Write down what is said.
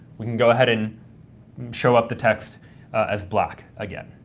we can go ahead and show up the text as black again.